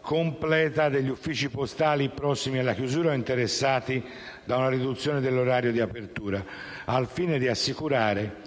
completa degli uffici postali prossimi alla chiusura o interessati da una riduzione dell'orario di apertura, al fine di assicurare